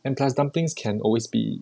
and plus dumplings can always be